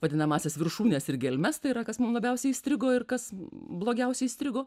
vadinamąsias viršūnes ir gelmes tai yra kas mum labiausiai įstrigo ir kas blogiausiai įstrigo